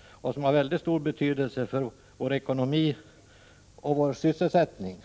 och som har mycket stor betydelse för vår ekonomi och vår sysselsättning.